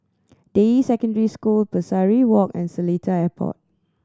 Deyi Secondary School Pesari Walk and Seletar Airport